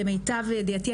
למיטב ידיעתי,